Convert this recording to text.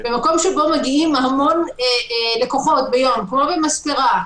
במקום שבו מגיעים המון לקוחות ביום כמו במספרה,